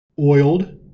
Oiled